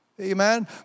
Amen